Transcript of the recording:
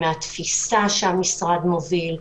מהתפיסה שהמשרד מוביל,